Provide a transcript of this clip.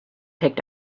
picked